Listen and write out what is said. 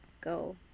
go